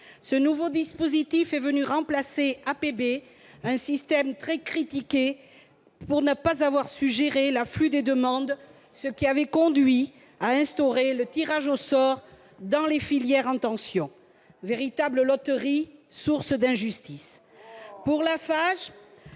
Ce nouveau dispositif est venu remplacer APB, un système très critiqué pour n'avoir pas su gérer l'afflux de demandes, ce qui avait conduit à instaurer le tirage au sort dans les filières en tension, véritable loterie, source d'injustice.